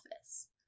office